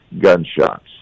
gunshots